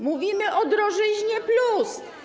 Mówimy o drożyźnie+.